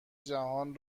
جهان